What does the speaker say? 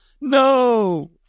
No